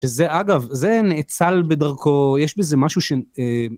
שזה, אגב, זה נאצל בדרכו, יש בזה משהו ש...